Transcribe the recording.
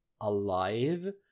alive